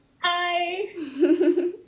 Hi